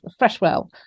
Freshwell